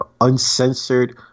uncensored